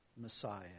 Messiah